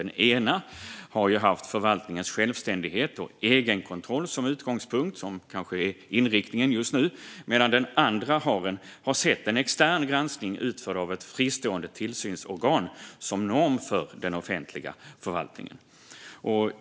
Den ena har haft förvaltningens självständighet och egenkontroll som utgångspunkt och är kanske inriktningen just nu, medan den andra har sett en extern granskning utförd av ett fristående tillsynsorgan som norm för den offentliga förvaltningen.